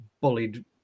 bullied